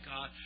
God